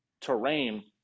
terrain